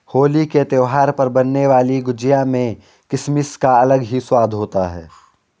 होली के त्यौहार पर बनने वाली गुजिया में किसमिस का अलग ही स्वाद होता है